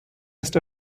ist